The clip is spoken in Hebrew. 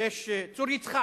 יש צור-יצחק,